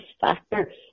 factor